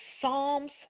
Psalms